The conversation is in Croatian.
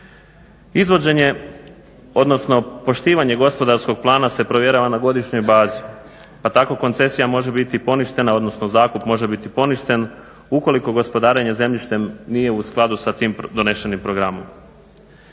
Izvođenje, odnosno poštivanje gospodarskog plana se provjerava na godišnjoj bazi. Pa tako koncesija može biti poništena, odnosno zakup može biti poništen ukoliko gospodarenje zemljištem nije u skladu sa tim donesenim programom.